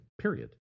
period